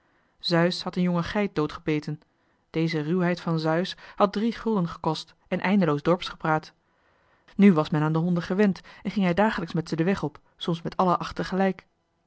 zeus had een jonge geit doodgebeten deze ruwheid van zeus had drie gulden gekost en een eindeloos dorps gepraat nu was men aan de honden gewend en ging hij dagelijks met ze den weg op soms met alle acht tegelijk